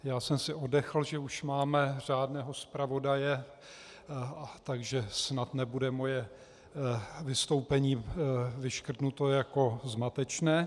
Já jsem si oddechl, že už máme řádného zpravodaje, takže snad nebude moje vystoupení vyškrtnuto jako zmatečné.